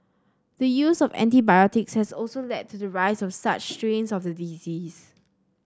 the use of antibiotics has also led to the rise of such strains of the disease